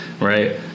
Right